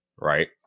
Right